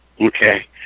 Okay